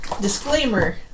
disclaimer